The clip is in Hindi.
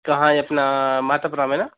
कहाँ है अपना मात्रपुरा में ना